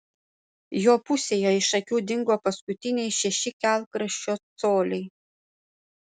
jo pusėje iš akių dingo paskutiniai šeši kelkraščio coliai